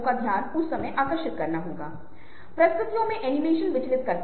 प्राधिकरण आपको कैसे माना जाता है और आप किस प्रकार के प्राधिकरण हैं